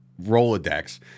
Rolodex